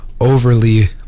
overly